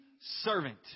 servant